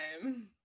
time